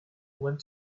went